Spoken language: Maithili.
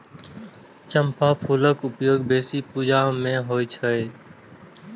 चंपाक फूलक उपयोग बेसी पूजा मे होइ छै